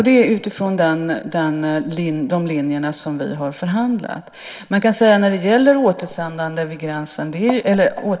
Det är utifrån de linjerna som vi har förhandlat.